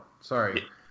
Sorry